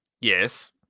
Yes